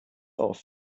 auf